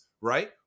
right